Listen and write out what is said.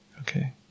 Okay